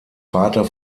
vater